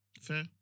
fair